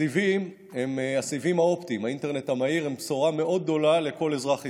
הסיבים האופטיים והאינטרנט המהיר הם בשורה מאוד גדולה לכל אזרח ישראלי,